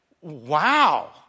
wow